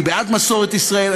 אני בעד מסורת ישראל.